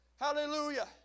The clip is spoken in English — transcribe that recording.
Hallelujah